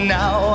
now